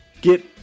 get